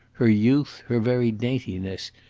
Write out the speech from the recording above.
her youth, her very daintiness,